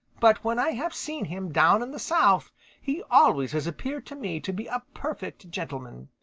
but when i have seen him down in the south he always has appeared to me to be a perfect gentleman.